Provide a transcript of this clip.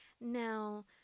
now